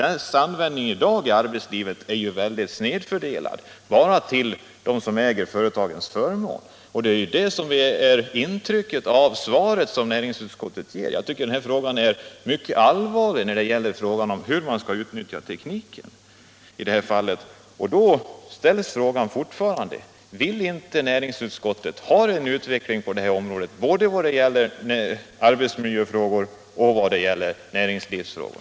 Dess användning i dag i arbetslivet är ju väldigt snedfördelad, till förmån bara för dem som äger företagen. Sådant blir intrycket av det svar näringsutskottet ger. Jag tycker att frågan om hur man skall utnyttja den här tekniken är mycket allvarlig, och därför frågar jag fortfarande: Vill inte näringsutskottet ha en utveckling på det här området både vad gäller arbetsmiljöfrågor och vad gäller näringslivsfrågor?